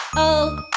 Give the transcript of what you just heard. o